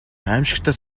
аймшигтай